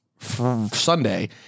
Sunday